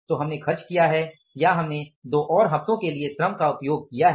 तो हमने खर्च किया है या हमने 2 और हफ्तों के लिए श्रम का उपयोग किया है